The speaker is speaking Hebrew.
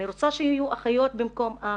אני רוצה שיהיו אחיות במקום אח,